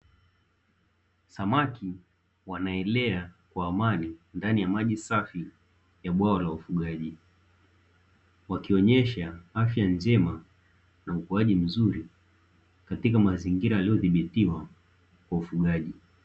Samaki wanaelea kwa amani ndani ya maji safi ya bwawa la ufugaji. Wakionyesha afya njema na ukuaji mzuri katika mazingira yaliyodhibitiwa kwa ufugaji.